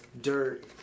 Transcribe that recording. dirt